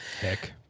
Heck